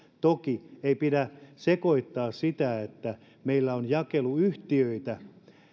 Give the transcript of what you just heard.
toki ei pidä sekoittaa sitä että meillä on jakeluyhtiöitä